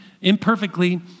imperfectly